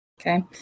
Okay